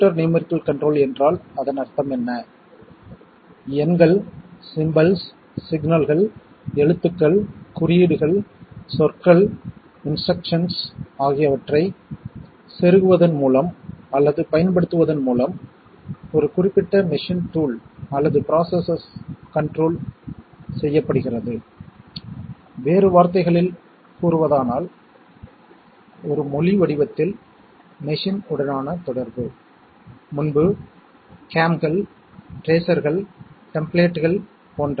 CNC இயந்திரங்களின் கட்டுப்பாட்டின் போது பயன்படுத்தப்படும் அனைத்து சிக்னல்களைப் பற்றி நாம் கவலைப்படுகிறோம் அவை பல சந்தர்ப்பங்களில் பைனரி மதிப்புள்ள சிக்னல்கள் ஆகும் அதாவது அவை 2 மதிப்புகளை எடுக்கலாம் மேலும் அவை பல சேர்க்கைகளுக்கு உட்படுகின்றன